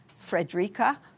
Frederica